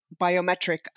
biometric